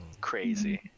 crazy